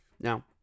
Now